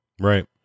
right